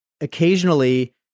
occasionally